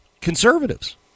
conservatives